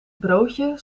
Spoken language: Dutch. broodje